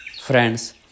Friends